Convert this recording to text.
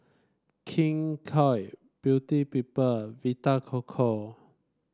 King Koil Beauty People Vita Coco